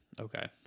Okay